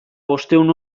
bostehun